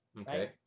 okay